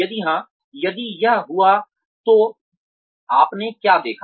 यदि हाँ यदि यह हुआ तो आपने क्या देखा